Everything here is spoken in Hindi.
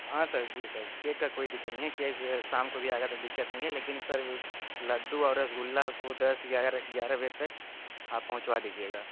हाँ सर जी सर केक का कोई दिक्कत नहीं है केक शाम को भी आएगा तो दिक्कत नहीं है लेकिन सर लड्डू और रसगुल्ला उसको दस ग्यारह ग्यारह बजे तक आप पहुँचवा दीजिएगा